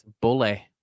bully